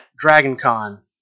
DragonCon